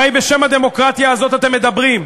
הרי בשם הדמוקרטיה הזו אתם מדברים.